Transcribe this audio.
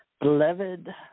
Beloved